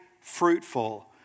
fruitful